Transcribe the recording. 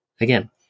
Again